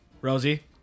Rosie